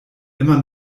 immer